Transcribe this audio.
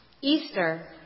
Easter